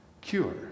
cure